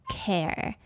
care